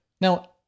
Now